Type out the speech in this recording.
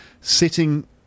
sitting